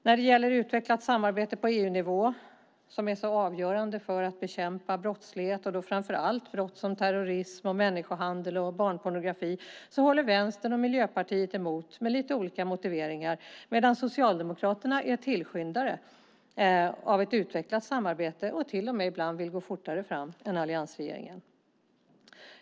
När det gäller utvecklat samarbete på EU-nivå, som är så avgörande för att bekämpa brottslighet som framför allt terrorism, människohandel och barnpornografi, håller Vänstern och Miljöpartiet emot med lite olika motiveringar medan Socialdemokraterna är tillskyndare av ett utvecklat samarbete och ibland till och med vill gå fortare fram än alliansregeringen.